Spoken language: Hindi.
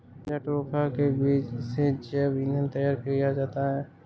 जट्रोफा के बीज से जैव ईंधन तैयार किया जाता है